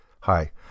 hi